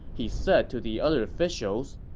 he said to the other officials,